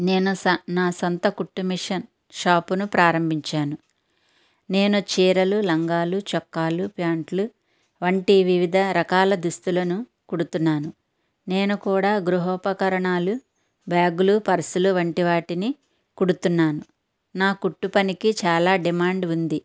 నేను స నా సొంత కుట్టు మిషన్ షాపును ప్రారంభించాను నేను చీరలు లంగాలు చొక్కాలు ప్యాంటులు వంటి వివిధ రకాల దుస్తులను కుడుతున్నాను నేను కూడా గృహోపకరణాలు బ్యాగులు పర్సులు వంటి వాటిని కుడుతున్నాను నా కుట్టు పనికి చాలా డిమాండ్ ఉంది